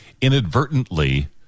inadvertently